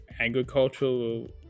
agricultural